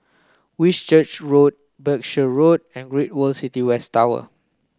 Whitchurch Road Berkshire Road and Great World City West Tower